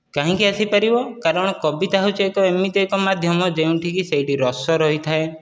କାହିଁକି ଆସିପାରିବ କାରଣ କବିତା ହେଉଛି ଏକ ଏମିତି ଏକ ମାଧ୍ୟମ ଯେଉଁଠିକି ସେଇଠି ରସ ରହିଥାଏ